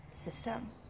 system